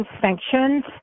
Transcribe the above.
sanctions